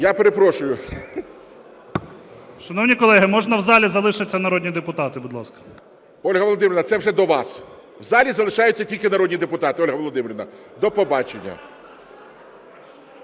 О.С. Шановні колеги, можна в залі залишаться народні депутати, будь ласка. ГОЛОВУЮЧИЙ. Ольга Володимирівна, це вже до вас. В залі залишаються тільки народні депутати. Ольга Володимирівна, до побачення.